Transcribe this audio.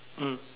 mm